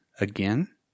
again